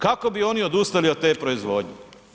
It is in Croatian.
Kako bi oni odustali od te proizvodnje.